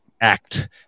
act